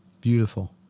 Beautiful